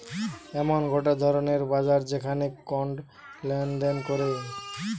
এমন গটে ধরণের বাজার যেখানে কন্ড লেনদেন করে